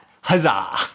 Huzzah